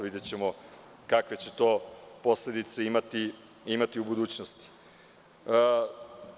Videćemo kakve će to posledica imati u budućnosti.